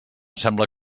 sembla